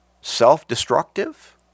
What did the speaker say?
self-destructive